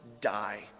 die